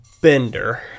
bender